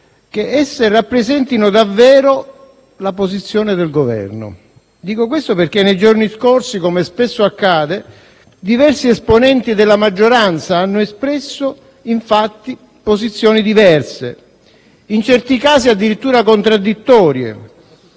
che esse rappresentino davvero la posizione del Governo. Dico questo perché nei giorni scorsi, come spesso accade, diversi esponenti della maggioranza hanno espresso posizioni diverse, in certi casi addirittura contraddittorie.